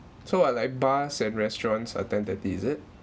so ah like bars and restaurants are ten thirty is it